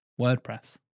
WordPress